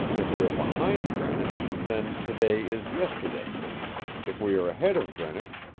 if we are behind greenwich, then to-day is yesterday if we are ahead of greenwich,